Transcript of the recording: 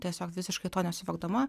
tiesiog visiškai to nesuvokdama